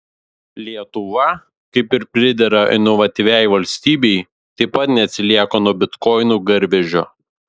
lietuva kaip ir pridera inovatyviai valstybei taip pat neatsilieka nuo bitkoinų garvežio